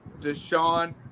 Deshaun